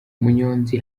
umunyonzi